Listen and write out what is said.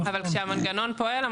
אבל כשהמנגנון פועל,